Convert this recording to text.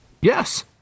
Yes